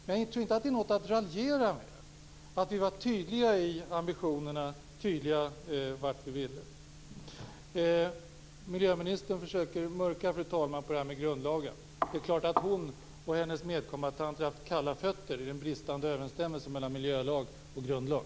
Men att vi var tydliga i ambitionerna och tydliga med vad vi ville åstadkomma är ingenting att raljera med nu. Fru talman! Miljöministern försöker att mörka i fråga om detta med grundlagen. Det är klart att hon och hennes medkombattanter har fått kalla fötter när det gäller den bristande överensstämmelsen mellan miljölag och grundlag.